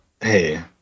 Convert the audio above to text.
hey